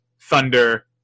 Thunder